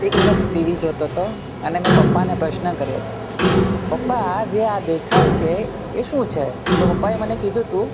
એક વખત ટીવી જોતો હતો અને મેં પપ્પાને પ્રશ્ન કર્યો તો પપ્પા આે જે આ દેખાય છે એ શું છે તો પપ્પાએ મને કીધું હતું